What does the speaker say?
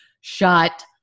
shut